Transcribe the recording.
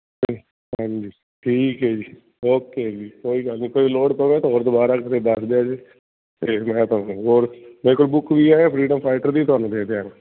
ਅਤੇ ਹਾਂਜੀ ਠੀਕ ਹੈ ਜੀ ਓਕੇ ਜੀ ਕੋਈ ਗੱਲ ਨਹੀਂ ਕੋਈ ਲੋੜ ਪਵੇ ਤਾਂ ਹੋਰ ਦੁਬਾਰਾ ਤੁਸੀਂ ਦੱਸ ਦਿਓ ਜੇ ਅਤੇ ਮੈਂ ਤੁਹਾਨੂੰ ਹੋਰ ਮੇਰੇ ਕੋਲ ਬੁੱਕ ਵੀ ਹੈ ਫਰੀਡਮ ਫਾਈਟਰ ਦੀ ਤੁਹਾਨੂੰ ਦੇ ਦਿਆਂਗਾ